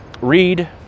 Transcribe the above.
Read